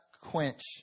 quench